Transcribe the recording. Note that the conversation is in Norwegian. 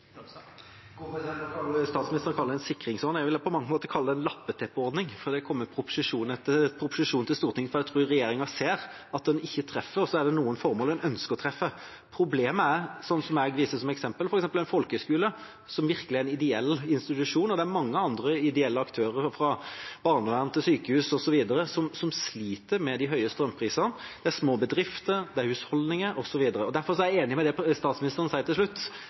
Statsministeren kaller det en sikringsordning, jeg vil på mange måter kalle det en lappeteppeordning, for det er kommet proposisjon etter proposisjon til Stortinget fordi jeg tror regjeringen ser at en ikke treffer. Og det er noen formål en ønsker å treffe. Problemet er at det er mange ideelle aktører, fra barnevern til sykehus osv. – jeg viste som eksempel til en folkehøyskole, som virkelig er en ideell institusjon – som sliter med de høye strømprisene. Dette gjelder også små bedrifter og husholdninger. Derfor er jeg enig i det statsministeren sier til slutt: Dette handler om sosial fordeling. Og der mener jeg